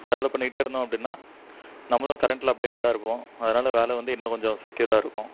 develop பண்ணிக்கிட்டே இருந்தோம் அப்படின்னா நம்மளும் கரண்ட்டில் அப்டேட்டடாக இருப்போம் அதனால் வேலை வந்து இன்னும் கொஞ்சம் செக்யூராக இருக்கும்